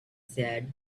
said